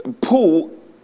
pull